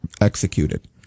executed